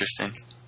Interesting